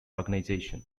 organization